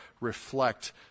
reflect